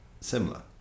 similar